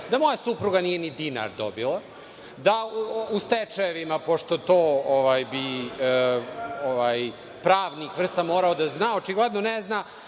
da moja supruga nije ni dinar dobila u stečajevima, pošto bi to pravnik vrsan morao to da zna, očigledno ne zna.